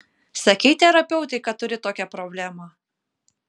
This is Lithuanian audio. sakei terapeutei kad turi tokią problemą